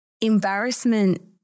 embarrassment